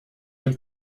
dem